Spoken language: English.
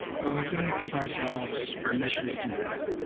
but we've got to give ourselves permission to do that